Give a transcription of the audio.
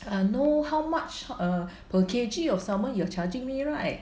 and I know how much err per kg of salmon you are charging me right